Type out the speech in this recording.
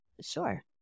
Sure